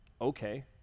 Okay